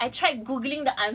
exact ya it's open book